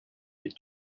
mid